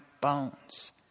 bones